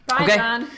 Okay